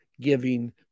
giving